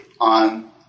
on